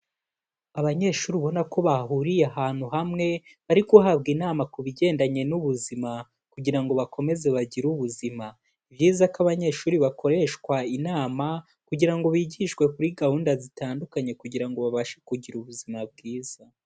Abanyeshuri ubona ko bahuriye ahantu hamwe bari guhabwa inama ku bigendanye n'ubuzima kugira ngo bakomeze bagire ubuzima, ni byiza ko abanyeshuri bakoreshwa inama kugira ngo bigishwe kuri gahunda zitandukanye kugira ngo babashe kugira ubuzima bwiza.